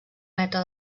metre